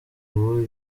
ubu